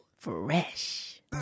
Fresh